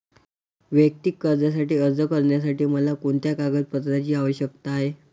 वैयक्तिक कर्जासाठी अर्ज करण्यासाठी मला कोणत्या कागदपत्रांची आवश्यकता आहे?